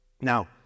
Now